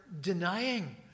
denying